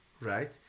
right